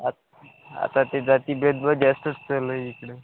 आत् आता ते जातीभेद ब जास्तच चाललं आहे इकडं